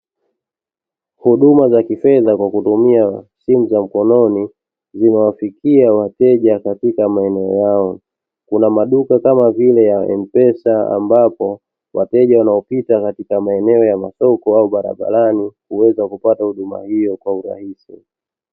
Huduma za kifedha kwa kutumia simu za mkononi zimewafikia wateja katika maeneo yao kuna maduka kama vila ya "M pesa" ambapo wateja wanaopita katika maeneo ya masoko au barabarani kuweza kupata huduma hiyo kwa urahisi.